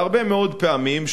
והרבה מאוד פעמים,